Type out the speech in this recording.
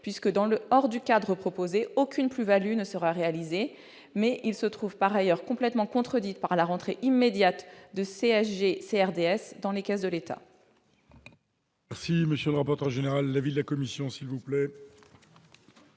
puisque, hors du cadre proposé, aucune plus-value ne sera réalisée. Cette perspective se trouve par ailleurs totalement contredite par la rentrée immédiate de CSG-CRDS dans les caisses de l'État.